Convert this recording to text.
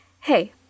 Hey